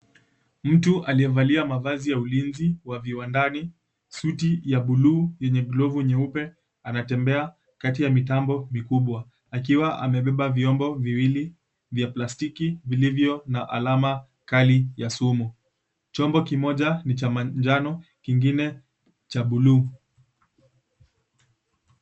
Mtu aliyevalia mavazi ya ulinzi wa viwandani, suti ya buluu lenye glavu nyeupe anatembea kati ya mitambo vikubwa akiwa amebeba vyombo viwili vya plastiki vilivyo na alama kali ya sumu. Chombo kimoja ni cha manjano kingine cha buluu.